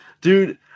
Dude